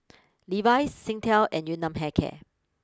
Levi's Singtel and Yun Nam Hair care